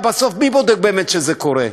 ובסוף מי בודק באמת שזה קורה?